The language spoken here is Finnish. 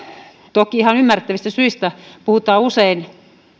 toki ihan ymmärrettävistä syistä puhutaan usein